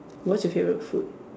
what's your favourite food